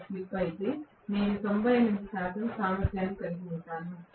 02 slip అయితే నేను 98 శాతం సామర్థ్యాన్ని కలిగి ఉంటాను